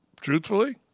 truthfully